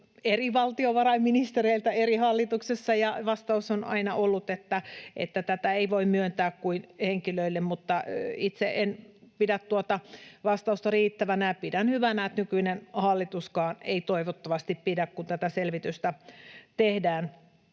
eri valtiovarainministereiltä eri hallituksissa, ja vastaus on aina ollut, että tätä ei voi myöntää kuin henkilöille, mutta itse en pidä tuota vastausta riittävänä. Pidän hyvänä, että nykyinen hallituskaan ei toivottavasti pidä, kun tätä selvitystä kerran